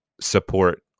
support